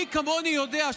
מי כמוני יודע,